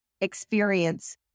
experience